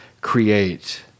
create